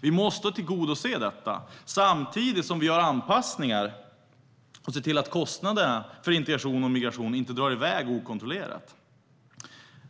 Vi måste tillgodose detta samtidigt som vi gör anpassningar och ser till att kostnaderna för integration och migration inte drar i väg okontrollerat.